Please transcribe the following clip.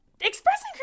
expressing